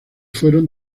fueron